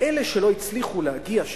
אלה שלא הצליחו להגיע,